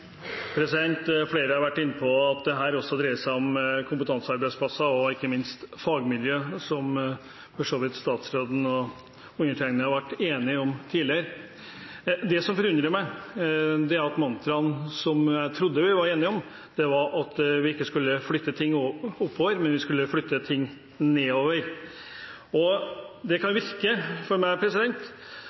Flere har vært inne på at dette også dreier seg om kompetansearbeidsplasser og ikke minst om fagmiljø, som for så vidt statsråden og undertegnede har vært enige om tidligere. Det som forundrer meg, gjelder mantraet som jeg trodde vi var enige om, at vi ikke skulle flytte ting oppover, men vi skulle flytte ting nedover. For meg kan det virke